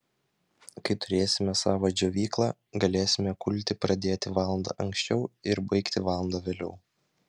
kai turėsime savą džiovyklą galėsime kulti pradėti valanda anksčiau ir baigti valanda vėliau